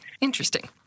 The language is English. Interesting